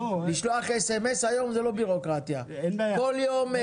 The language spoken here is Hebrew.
לשלוח היום SMS,